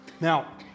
Now